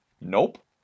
Nope